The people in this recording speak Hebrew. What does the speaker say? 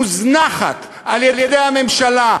מוזנחים על-ידי הממשלה.